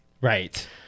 Right